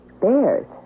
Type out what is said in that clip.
Bears